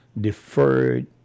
Deferred